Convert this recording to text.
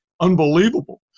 unbelievable